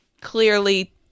clearly